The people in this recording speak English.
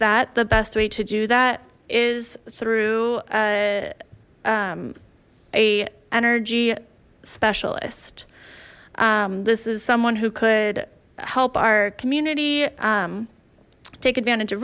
that the best way to do that is through a energy specialist this is someone who could help our community take advantage of